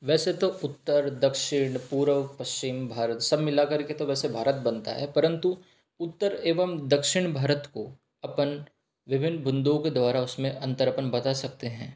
वैसे तो उत्तर दक्षिण पूर्व पश्चिम भारत सब मिलाकर के तो वैसे भारत बनता है परंतु उत्तर एवं दक्षिण भारत को अपन विभिन्न बिंदुओं के द्वारा उस में अंतर अपन बता सकते हैं